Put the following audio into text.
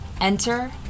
Enter